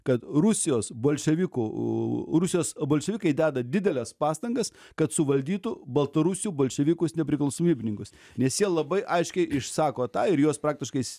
kad rusijos bolševikų u rusijos bolševikai deda dideles pastangas kad suvaldytų baltarusių bolševikus nepriklausomybininkus nes jie labai aiškiai išsako tą ir juos praktiškais